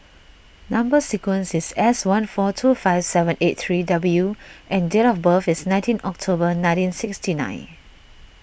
Number Sequence is S one four two five seven eight three W and date of birth is nineteen October nineteen sixty nine